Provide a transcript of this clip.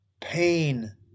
Pain